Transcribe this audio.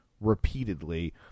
repeatedly